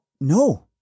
no